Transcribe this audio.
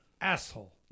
Asshole